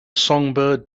songbird